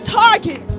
target